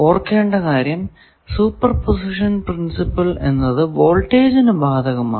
ഓർക്കേണ്ട കാര്യം superposition principle എന്നത് വോൾട്ടേജിനു ബാധകമാണ്